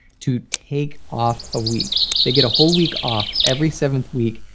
to take off a week. they get a whole week off every seventh week,